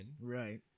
Right